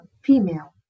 female